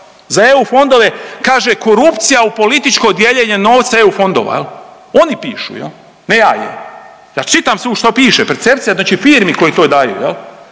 za EU fondove kaže: “Korupcija u političko dijeljenje novca EU fondova“. Oni pišu, ne ja. Ja čitam što piše. Percepcija znači firmi koje to daju.